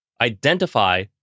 identify